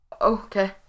Okay